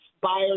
buyers